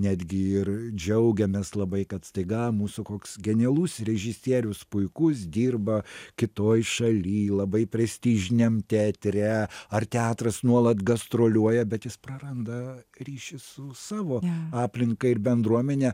netgi ir džiaugiamės labai kad staiga mūsų koks genialus režisierius puikus dirba kitoj šaly labai prestižiniam teatre ar teatras nuolat gastroliuoja bet jis praranda ryšį su savo aplinka ir bendruomene